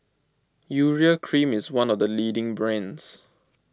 Urea Cream is one of the leading brands